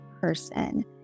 person